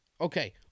okay